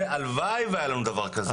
הלוואי והיה לנו דבר כזה,